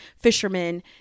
fishermen